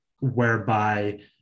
whereby